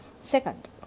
Second